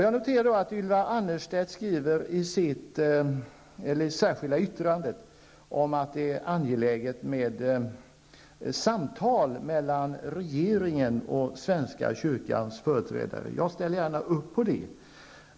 Jag noterar att Ylva Annerstedt i det särskilda yttrandet skriver att det är angeläget med samtal mellan regeringen och svenska kyrkans företrädare. Och jag ställer gärna upp på det.